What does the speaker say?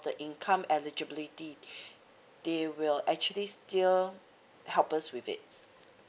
the income eligibility they will actually still help us with it